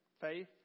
faith